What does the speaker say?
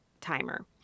timer